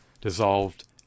dissolved